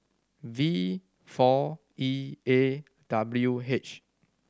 V four E A W H